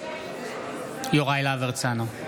יוראי להב הרצנו,